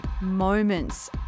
Moments